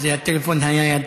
שזה הטלפון הנייד,